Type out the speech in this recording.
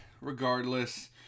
regardless